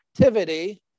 activity